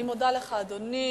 אני מודה לך, אדוני.